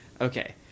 Okay